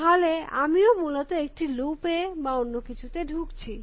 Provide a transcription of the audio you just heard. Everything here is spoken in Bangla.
তাহলে আমিও মূলত একটি লুপ এ বা অন্য কিছুতে ঢুকছি